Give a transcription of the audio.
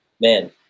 man